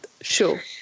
Sure